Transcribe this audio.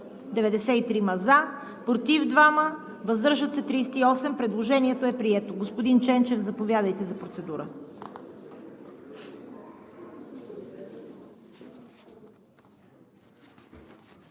за 93, против 2, въздържали се 38. Предложението е прието. Господин Ченчев, заповядайте за процедура.